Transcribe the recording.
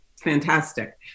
fantastic